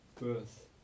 birth